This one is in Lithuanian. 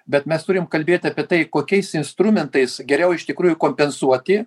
bet mes turim kalbėt apie tai kokiais instrumentais geriau iš tikrųjų kompensuoti